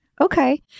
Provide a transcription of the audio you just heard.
Okay